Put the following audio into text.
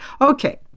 Okay